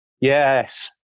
Yes